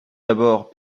d’abord